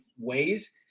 ways